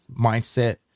mindset